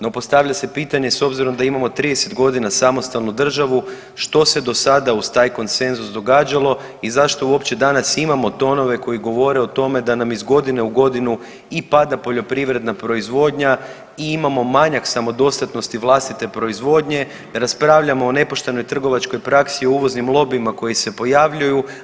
No, postavlja se pitanje s obzirom da imamo 30 godina samostalnu državu što se do sada uz taj konsenzus događalo i zašto uopće danas imamo tonove koji govore o tome da nam iz godine u godinu i pada poljoprivredna proizvodnja i imamo manjak samodostatnosti vlastite proizvodnje, raspravljamo o nepoštenoj trgovačkoj praksi, o uvoznim lobijima koji se pojavljuju.